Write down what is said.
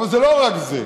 אבל זה לא רק זה.